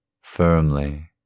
firmly